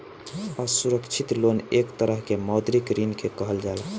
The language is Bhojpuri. असुरक्षित लोन एक तरह के मौद्रिक ऋण के कहल जाला